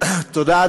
תודה,